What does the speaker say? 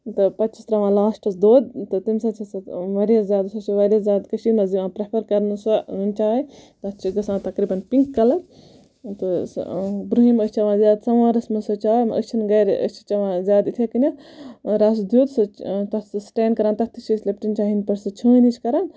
تہٕ پَتہٕ چھِس تراوان لاسٹَس دۄد تہٕ تمہ سۭتۍ چھ سُہ واریاہ زیادٕ سُہ چھُ واریاہ زیادٕ کٔشیٖر مَنٛز یِوان پریٚفَر کَرنہٕ سۄ چاے تتھ چھ گَژھان تَقریباً پِنٛک کَلَر سُہ بروہِم ٲسۍ چٮ۪وان زیاد سَمَوارَس مَنٛز سۄ چاے أسۍ چھِ نہٕ گَرِ أسۍ چھِ چٮ۪وان گَرِ یِتھے کنیٚتھ رَس دیُت سُہ تتھ سُہ سٹین کَران تَتھ تہِ چھِ أسۍ لِپٹَن چاے ہِنٛد پٲٹھۍ سُہ چھٲنۍ ہِش کَران